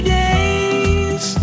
days